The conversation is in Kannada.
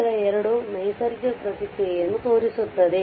ಚಿತ್ರ 2 ನೈಸರ್ಗಿಕ ಪ್ರತಿಕ್ರಿಯೆಯನ್ನು ತೋರಿಸುತ್ತದೆ